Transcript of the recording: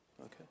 Okay